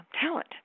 talent